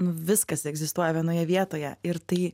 viskas egzistuoja vienoje vietoje ir tai